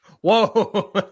whoa